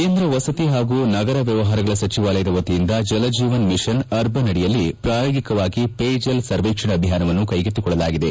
ಕೇಂದ್ರ ವಸತಿ ಹಾಗೂ ನಗರ ವ್ಯವಹಾರಗಳ ಸಚಿವಾಲಯದ ವತಿಯಿಂದ ಜಲಜೀವನ ಮಿಷನ್ ಅರ್ಬನ್ ಅಡಿಯಲ್ಲಿ ಪ್ರಾಯೋಗಿಕವಾಗಿ ಪೇ ಜಲ್ ಸರ್ವೇಕ್ಷಣ್ ಅಭಿಯಾನವನ್ನು ಕೈಗೆತ್ತಿಕೊಳ್ಳಲಾಗಿದೆ